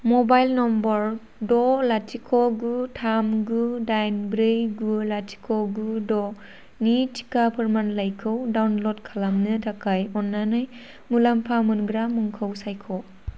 mobile number द' लाथिख' गु थाम गु दाइन ब्रै गु लाथिख' गु द' नि टिका फोरमानलाइखौ डाउनलड खालामनो थाखाय अन्नानै मुलाम्फा मोनग्रा मुंखौ सायख'